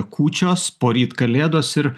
kūčios poryt kalėdos ir